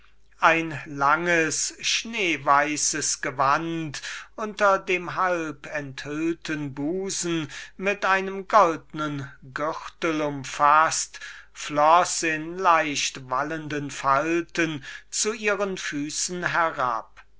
ein langes schneeweißes gewand floß unter dem halbentblößten busen mit einem goldnen gürtel umfaßt in kleinen wallenden falten zu ihren füßen herab